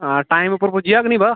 हां टाइम उप्पर पुज्जी जाग निं बा